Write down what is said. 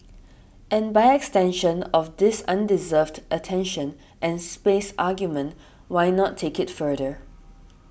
and by extension of this undeserved attention and space argument why not take it further